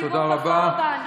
הציבור בחר בנו.